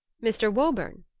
mr. woburn!